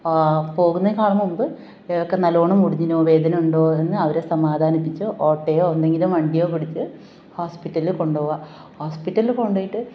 പോകുന്നേക്കാളും മുൻപ് കയ്യൊക്കെ നല്ലവണ്ണം ഒടിഞ്ഞീനോ വേദന ഉണ്ടോ എന്ന് അവരെ സമാധാനിപ്പിച്ച് ഓട്ടോയോ എന്തെങ്കിലും വണ്ടിയോ പിടിച്ച് ഹോസ്പിറ്റലിൽ കൊണ്ടു പോവുക ഹോസ്പിറ്റലിൽ കൊണ്ട് പോയിട്ട്